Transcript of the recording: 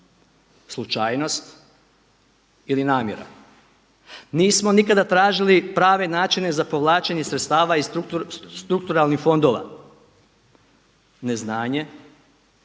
Slučajnost ili namjera? Nismo nikada tražili prave načine za povlačenje sredstava iz strukturalnih fondova. Neznanje